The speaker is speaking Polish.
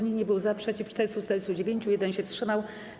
Nikt nie był za, przeciw - 449, 1 się wstrzymał.